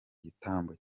gitambo